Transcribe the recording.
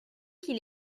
qu’il